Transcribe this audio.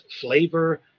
flavor